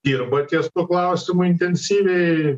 dirba ties tuo klausimu intensyviai